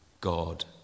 God